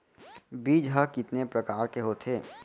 बीज ह कितने प्रकार के होथे?